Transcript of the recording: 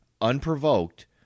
unprovoked